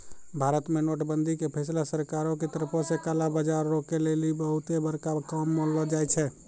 भारत मे नोट बंदी के फैसला सरकारो के तरफो से काला बजार रोकै लेली बहुते बड़का काम मानलो जाय छै